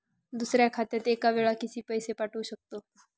दुसऱ्या खात्यात एका वेळी किती पैसे पाठवू शकतो?